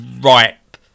ripe